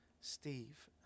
Steve